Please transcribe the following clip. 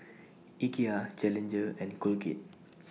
Ikea Challenger and Colgate